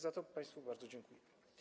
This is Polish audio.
Za to państwu bardzo dziękuję.